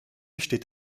steht